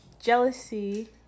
jealousy